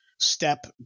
Step